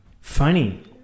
funny